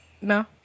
No